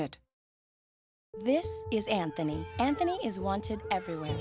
it this is anthony anthony is wanted every